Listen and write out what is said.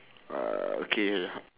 uh okay